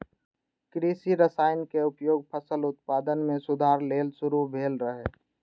कृषि रसायनक उपयोग फसल उत्पादन मे सुधार लेल शुरू भेल रहै